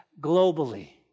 globally